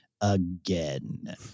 again